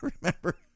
remember